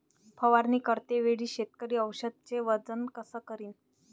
फवारणी करते वेळी शेतकरी औषधचे वजन कस करीन?